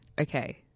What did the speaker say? okay